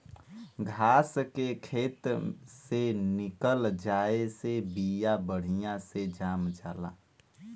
घास के खेत से निकल जाये से बिया बढ़िया से जाम जाला